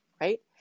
right